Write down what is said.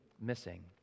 missing